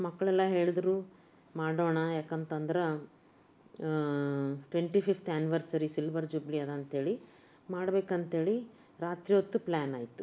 ಮಕ್ಕಳೆಲ್ಲ ಹೇಳಿದ್ರು ಮಾಡೋಣ ಯಾಕಂತಂದ್ರೆ twenty fifth anniversary silver jubilee ಅದ ಅಂಥೇಳಿ ಮಾಡಬೇಕಂಥೇಳಿ ರಾತ್ರಿ ಹೊತ್ತು ಪ್ಲಾನ್ ಆಯಿತು